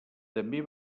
també